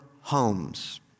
homes